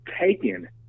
taken